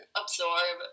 absorb